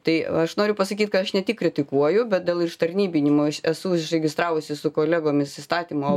tai aš noriu pasakyt kad aš ne tik kritikuoju bet dėl ištarnybinimo aš esu užregistravusi su kolegomis įstatymo